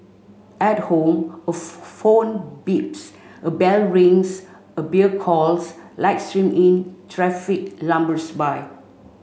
at home a phone beeps a bell rings a beer calls light stream in traffic lumbers by